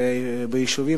ביישוב,